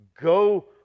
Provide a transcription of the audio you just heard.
go